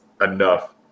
enough